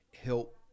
help